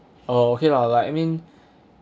oh okay lah like I mean